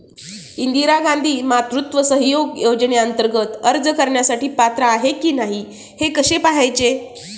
इंदिरा गांधी मातृत्व सहयोग योजनेअंतर्गत अर्ज करण्यासाठी पात्र आहे की नाही हे कसे पाहायचे?